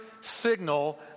signal